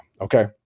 okay